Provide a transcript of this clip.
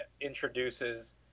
introduces